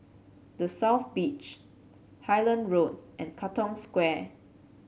The South Beach Highland Road and Katong Square